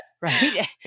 Right